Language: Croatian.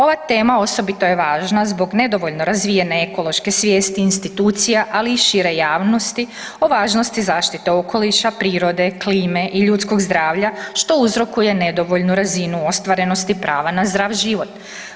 Ova tema osobito je važna zbog nedovoljno razvijene ekološke svijesti institucija ali i šire javnosti o važnosti zaštite okoliša, prirode, klime i ljudskog zdravlja, što uzrokuje nedovoljnu razinu ostvarenosti prava na zdrav život.